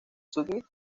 summit